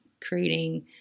creating